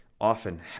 often